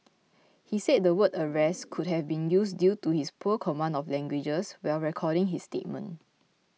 he said the word arrest could have been used due to his poor command of languages while recording his statement